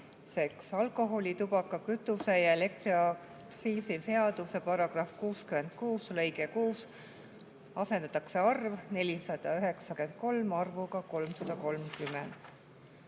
Alkoholi‑, tubaka‑, kütuse‑ ja elektriaktsiisi seaduse § 66 lõikes 6 asendatakse arv "493" arvuga "330".